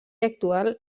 actual